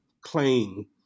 claim